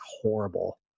horrible